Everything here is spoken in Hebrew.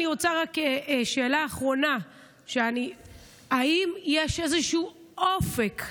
אני רוצה רק שאלה האחרונה: האם יש איזשהו אופק,